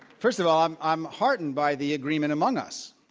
first of all, i'm i'm heartened by the agreement among us.